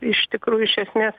iš tikrųjų iš esmės